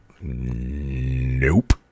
Nope